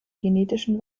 genetischen